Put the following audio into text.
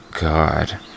God